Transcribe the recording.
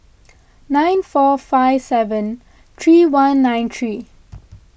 nine four five seven three one nine three